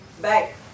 back